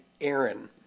Aaron